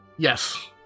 Yes